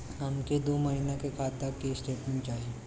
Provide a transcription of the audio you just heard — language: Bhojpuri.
हमके दो महीना के खाता के स्टेटमेंट चाही?